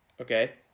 Okay